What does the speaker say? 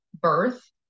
birth